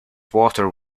water